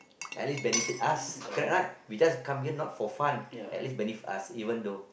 at least benefit us correct right we just come in not for fun at least benefit us even though